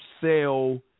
sell